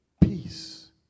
Peace